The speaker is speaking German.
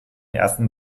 ersten